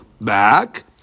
back